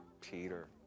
Peter